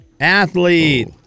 Athlete